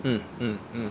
mm mm mm